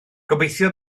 gobeithio